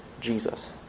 Jesus